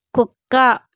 కుక్క